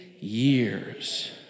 years